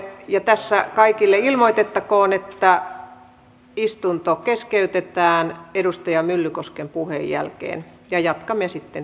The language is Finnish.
ja tässä kaikille ilmoitettakoon että asian käsittely keskeytetään edustaja myllykosken puheen jälkeen ja jatkamme sitten tiistaina